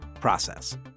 process